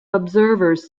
observers